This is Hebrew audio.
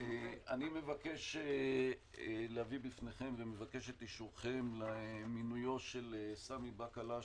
אני מבקש להביא בפניכם ומבקש את אישורכם למינויו של סמי בקלש